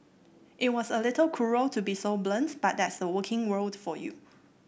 it's a little cruel to be so blunt but that's the working world for you